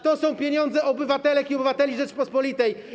To są pieniądze obywatelek i obywateli Rzeczypospolitej.